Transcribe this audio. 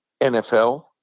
NFL